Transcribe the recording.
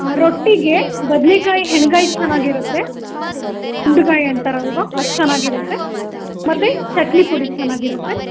ರೊಟ್ಟಿಗೆ ಬದನೆಕಾಯಿ ಎಣ್ಗಾಯಿ ಚೆನ್ನಾಗಿ ಇರತ್ತೆ ಹಿಂಡ್ಗಾಯಿ ಅಂತಾರಲ್ವಾ ಅದು ಚೆನ್ನಾಗಿ ಇರತ್ತೆ ಮತ್ತು ಚಟ್ನಿ ಪುಡಿ ಚೆನ್ನಾಗಿ ಇರತ್ತೆ